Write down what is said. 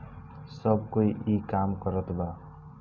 सब कोई ई काम करत बा